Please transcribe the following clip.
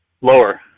Lower